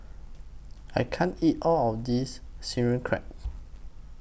I can't eat All of This Sauerkraut